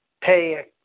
pay